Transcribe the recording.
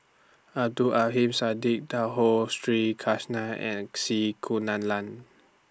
Abdul Siddique Sri Krishna and C Kunalan